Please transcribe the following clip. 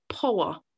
power